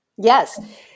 Yes